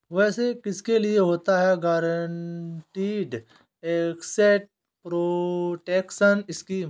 वैसे किसके लिए होता है गारंटीड एसेट प्रोटेक्शन स्कीम?